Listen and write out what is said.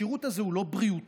השירות הזה הוא לא בריאותי,